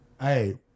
Hey